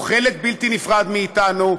הוא חלק בלתי נפרד מאתנו,